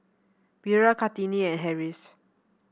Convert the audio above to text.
Wira Kartini and Harris